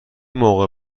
موقع